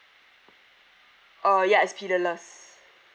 uh yes pillarless